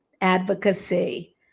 advocacy